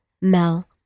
Mel